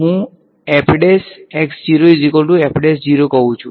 હું કહું છું